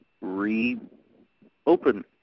re-open